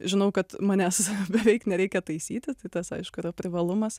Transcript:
žinau kad manęs beveik nereikia taisyti tai tas aišku yra privalumas